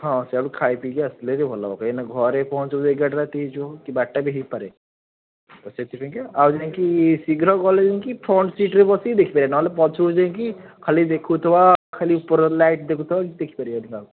ହଁ ସିଆଡ଼ୁ ଖାଇପିଇ କି ଆସିଲେ ହେରି ଭଲ ହେବ କାଇଁନା ଘରେ ପହଞ୍ଚୁ ଏଗାରଟା ରାତି ହେଇଯିବ କି ବାରଟା ହେଇପାରେ ସେଥିପାଇଁକା ଆଉ ଯାଇଁକି ଶୀଘ୍ର ଗଲେ କି ଫ୍ରଣ୍ଟ୍ ସିଟ୍ରେ ବସିକି ଦେଖିପାରିବା ନହେଲେ ପଛକୁ ଯାଇଁକି ଖାଲି ଦେଖୁଥିବା ଖାଲି ଉପର ଲାଇଟ୍ ଦେଖୁଥିବା ଦେଖିପାରିବାନି ଆଉ